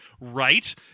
right